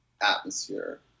atmosphere